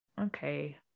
Okay